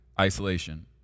isolation